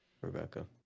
Rebecca